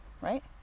right